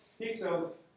pixels